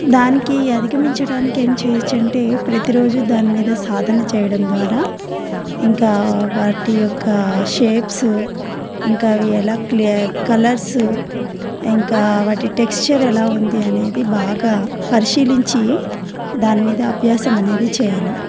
దానికి అధిగమించడానికి ఏం చేయ వచ్చంటే ప్రతిరోజు దానిమీద సాధన చేయడం ద్వారా ఇంకా వాటి యొక్క షేప్స్ ఇంకా అవి ఎలా క్ కలర్స్ ఇంకా వాటి టెక్స్చర్ ఎలా ఉంది అనేది బాగా పరిశీలించి దాని మీద అభ్యాసం అనేది చేయాలి